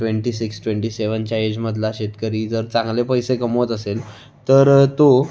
twenty six twenty सेवनच्या एजमधला शेतकरी जर चांगले पैसे कमवत असेल तर तो